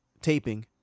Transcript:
taping